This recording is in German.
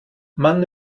mann